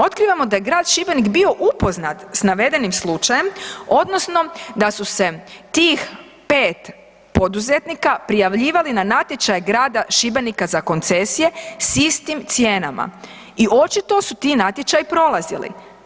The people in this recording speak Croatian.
Otkrivamo da je grad Šibenik bio upoznat sa navedenim slučajem, odnosno da su se tih pet poduzetnika prijavljivali na natječaj grada Šibenika za koncesije sa istim cijenama i očito su ti natječaji prolazili.